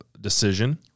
decision